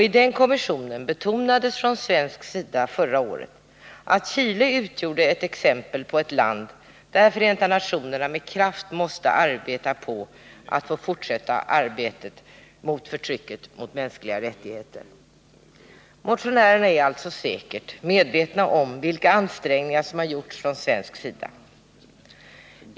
I den kommissionen betonades från svensk sida förra året att Chile utgjorde ett exempel på ett land där FN med kraft måste arbeta på att få fortsätta arbetet mot förtrycket av mänskliga rättigheter. Motionärerna är alltså säkert medvetna om vilka ansträngningar som gjorts från svensk sida.